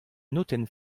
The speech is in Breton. notenn